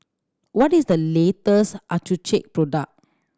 what is the latest Accucheck product